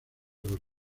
los